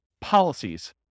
policies